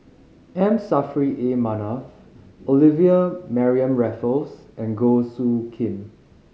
M Saffri A Manaf Olivia Mariamne Raffles and Goh Soo Khim